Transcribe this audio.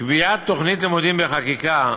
קביעת תוכנית לימודים בחקיקה,